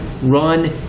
run